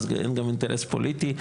אז אין גם אינטרס פוליטי.